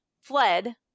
fled